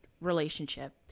relationship